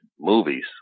movies